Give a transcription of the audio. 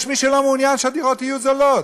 יש מי שלא מעוניין שהדירות יהיו זולות,